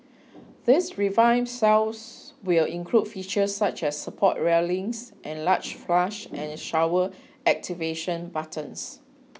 these revamped cells will include features such as support railings and large flush and shower activation buttons